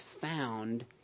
found